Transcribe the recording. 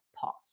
pause